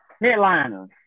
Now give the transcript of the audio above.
headliner